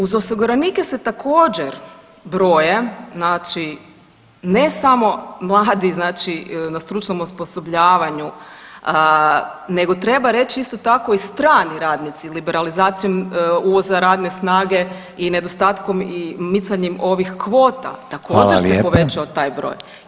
Uz osiguranike se također, broje, znači ne samo mladi znači na stručnom osposobljavanju nego treba reći, isto tako i strani radnici liberalizacijom uvoza radne snage i nedostatkom i micanjem ovih kvota također, se povećao taj broj